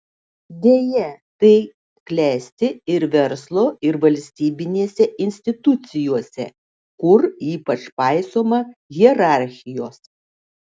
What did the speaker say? deja tai klesti ir verslo ir valstybinėse institucijose kur ypač paisoma hierarchijos